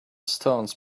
stones